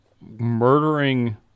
murdering